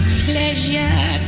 pleasure